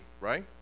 right